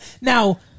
Now